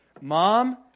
Mom